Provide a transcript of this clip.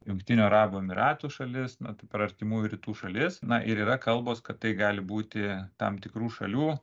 jungtinių arabų emyratų šalis na tai per artimųjų rytų šalis na ir yra kalbos kad tai gali būti tam tikrų šalių